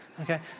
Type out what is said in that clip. Okay